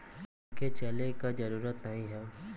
लेके चले क जरूरत नाहीं हौ